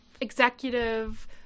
executive